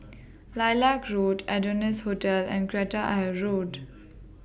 Lilac Road Adonis Hotel and Kreta Ayer Road